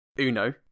Uno